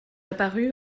apparus